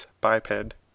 biped